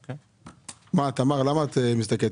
תמר, למה את מסתכלת